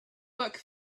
book